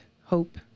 hope